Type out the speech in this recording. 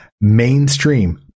mainstream